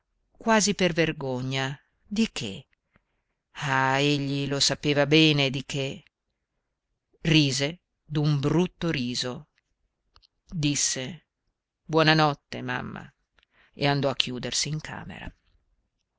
quasi per vergogna di che ah egli lo sapeva bene di che rise d'un brutto riso disse buona notte mamma e andò a chiudersi in camera